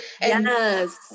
Yes